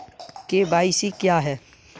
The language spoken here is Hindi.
के.वाई.सी क्या है?